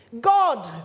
God